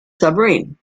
submarine